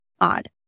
odd